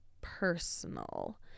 personal